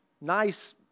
nice